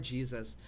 Jesus